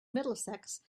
middlesex